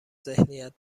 ذهنیت